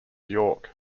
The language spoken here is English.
york